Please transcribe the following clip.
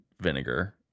vinegar